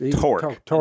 Torque